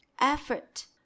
effort